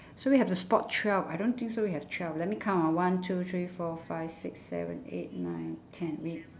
so we have to spot twelve I don't think so we have twelve let me count ah one two three four five six seven eight nine ten wait